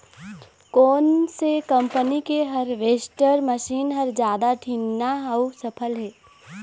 कोन से कम्पनी के हारवेस्टर मशीन हर जादा ठीन्ना अऊ सफल हे?